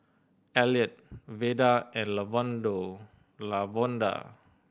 Elliott Veda and Lavonda